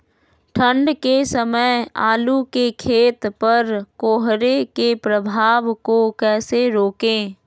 ठंढ के समय आलू के खेत पर कोहरे के प्रभाव को कैसे रोके?